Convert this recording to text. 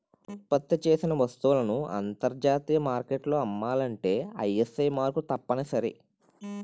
ఉత్పత్తి చేసిన వస్తువులను అంతర్జాతీయ మార్కెట్లో అమ్మాలంటే ఐఎస్ఐ మార్కు తప్పనిసరి